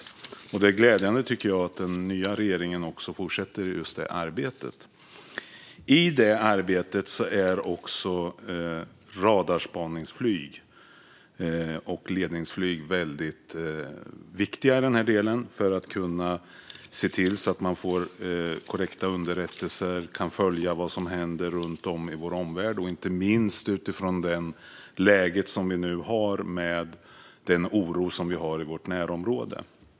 Jag tycker att det är glädjande att den nya regeringen fortsätter detta arbete. I det här arbetet är radarspaningsflyg och ledningsflyg viktiga för att kunna se till att man får korrekta underrättelser och kan följa vad som händer runt om i vår omvärld. Det gäller inte minst utifrån det läge som vi nu har med oro i vårt närområde.